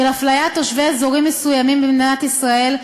הפליית תושבי אזורים מסוימים במדינת ישראל,